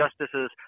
Justices